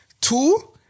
Two